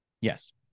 Yes